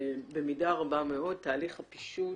שבמידה רבה מאוד תהליך הפישוט